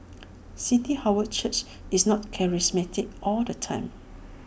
city harvest church is not charismatic all the time